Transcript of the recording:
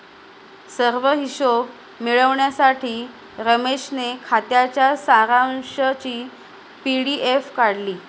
सर्व हिशोब मिळविण्यासाठी रमेशने खात्याच्या सारांशची पी.डी.एफ काढली